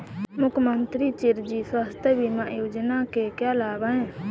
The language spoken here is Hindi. मुख्यमंत्री चिरंजी स्वास्थ्य बीमा योजना के क्या लाभ हैं?